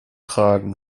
kragen